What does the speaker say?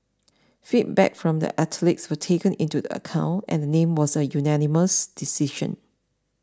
feedback from the athletes were taken into the account and name was a unanimous decision